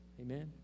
amen